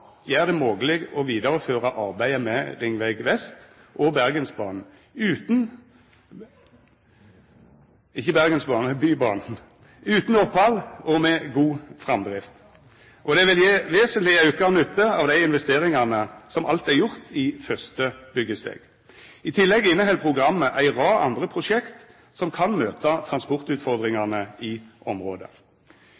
gjer det mogleg å vidareføra arbeidet med Ringveg vest og Bergensbanen – ikkje Bergensbanen, men Bybanen – utan opphald og med god framdrift, og det vil gje vesentleg auka nytte av dei investeringane som alt er gjorde i første byggjesteg. I tillegg inneheld programmet ei rad andre prosjekt som kan møta